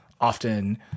Often